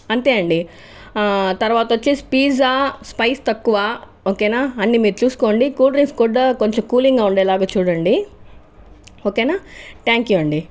అంతే అండి తర్వాత వచ్చేసి పిజ్జా స్పైస్ తక్కువా ఓకేనా అన్ని మీరు చూసుకోండి కూల్ డ్రింక్స్ కూడా కొంచెం కూలింగ్ ఉండేలాగా చూడండి ఓకేనా థ్యాంక్యూ అండి